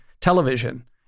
television